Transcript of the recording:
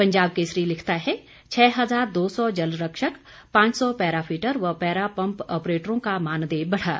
पंजाब केसरी लिखता है छह हजार दो सौ जलरक्षक पांच सौ पैरा फिटर व पैरा पर ऑपरेटरों का मानदेय बढ़ा